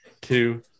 two